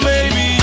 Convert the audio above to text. Baby